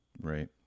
Right